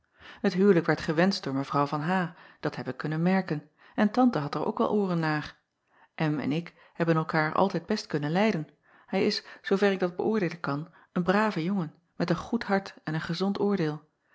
et huwelijk werd gewenscht door w v dat heb ik kunnen merken en ante had er ook wel ooren naar en ik hebben elkaêr altijd best kunnen lijden hij is zoover ik dat beöordeelen kan een brave jongen met een goed hart en een gezond